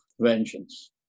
vengeance